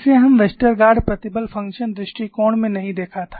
इसे हम वेस्टरगार्ड प्रतिबल फ़ंक्शन दृष्टिकोण में नहीं देखा था